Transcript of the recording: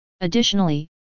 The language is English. Additionally